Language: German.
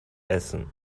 essen